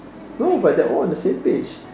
no but they're all on the same page